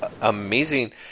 amazing